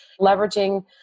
leveraging